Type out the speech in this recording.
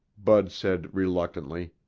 bud said reluctantly,